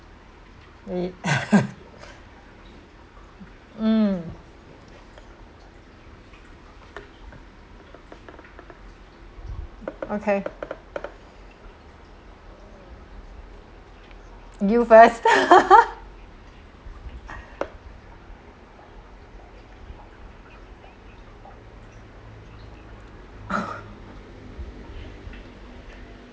mm okay you first